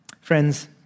Friends